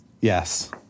Yes